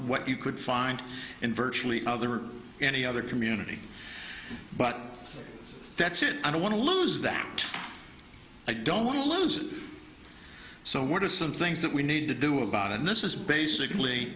what you could find in virtually other any other community but that's it i don't want to lose that i don't want to lose so what are some things that we need to do about and this is basically